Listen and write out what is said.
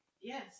Yes